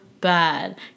bad